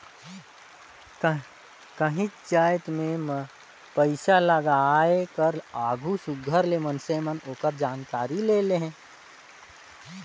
काहींच जाएत में पइसालगाए कर आघु सुग्घर ले मइनसे मन ओकर जानकारी ले लेहें